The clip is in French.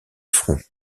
front